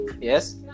yes